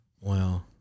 Wow